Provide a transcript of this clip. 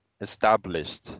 established